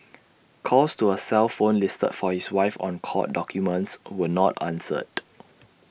calls to A cell phone listed for his wife on court documents were not answered